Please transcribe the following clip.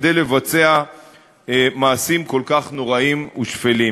לבצע מעשים כל כך נוראיים ושפלים.